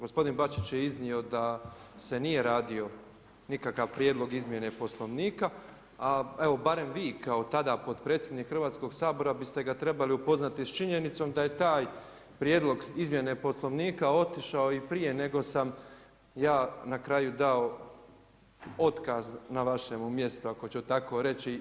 Gospodin Bačić je iznio da se nije radio nikakav prijedlozi izmjene Poslovnika, ali evo, barem vi kao tada potpredsjednik Hrvatskog sabora biste ga trebali upoznati s činjenicom, da je taj prijedlog izmjene Poslovnika, otišao i prije nego sam ja na kraju dao otkaz na vašemu mjestu, ako ću tako reći.